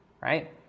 right